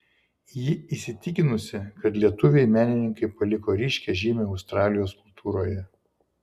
ji įsitikinusi kad lietuviai menininkai paliko ryškią žymę australijos kultūroje